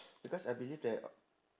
because I believe that